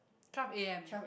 twelve a_m